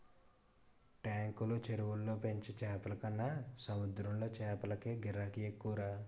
టాంకులు, చెరువుల్లో పెంచే చేపలకన్న సముద్రపు చేపలకే గిరాకీ ఎక్కువరా